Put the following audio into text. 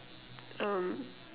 um